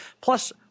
Plus